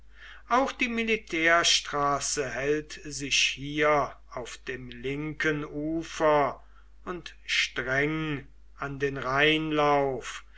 auch die militärstraße hält sich hier auf dem linken ufer und streng an den rheinlauf